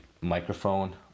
microphone